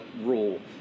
rule